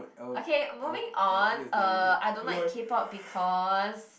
okay moving on uh I don't like K-pop because